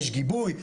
יש גיבוי?